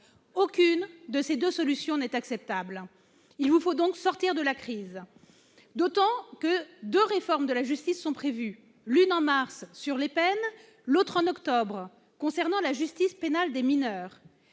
Aucune de ces deux solutions n'est acceptable. Il vous faut donc sortir de la crise. Deux réformes de la justice sont prévues, l'une en mars, sur les peines, l'autre en octobre, sur la justice pénale des mineurs.